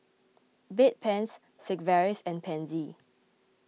Bedpans Sigvaris and Pansy